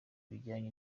bijyanye